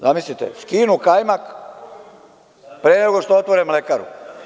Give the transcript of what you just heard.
Zamislite, skinu kajmak pre nego što otvore mlekaru.